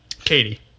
katie